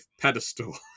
pedestal